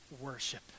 worship